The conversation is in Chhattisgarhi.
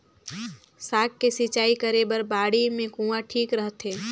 साग के सिंचाई करे बर बाड़ी मे कुआँ ठीक रहथे?